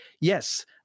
yes